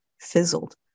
fizzled